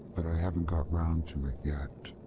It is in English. but i haven't got round to it yet.